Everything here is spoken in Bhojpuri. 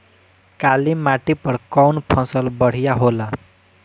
काली माटी पर कउन फसल बढ़िया होला?